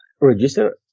register